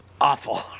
Awful